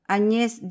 Agnès